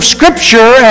Scripture